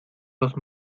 los